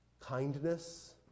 kindness